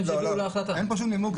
אין פה שום נימוק.